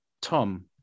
Tom